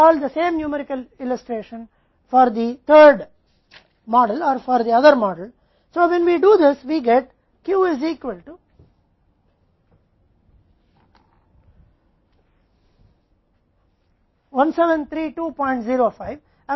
हमने वैसे भी 3rd मॉडल के लिए या अन्य मॉडल के लिए एक ही संख्यात्मक चित्रण हल किया है इसलिए जब हम ऐसा करते हैं तो हमें Q 173205 के बराबर होता है